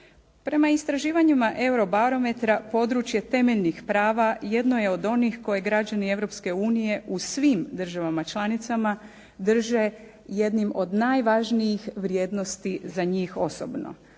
Prema istraživanjima eurobarometra područje temeljnih prava jedno je od onih koje građani Europske unije u svim državama članicama drže jednim od najvažnijih vrijednosti za njih osobno.